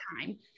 time